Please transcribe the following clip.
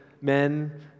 men